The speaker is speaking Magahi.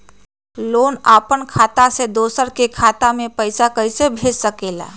लोग अपन खाता से दोसर के खाता में पैसा कइसे भेज सकेला?